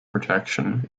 projection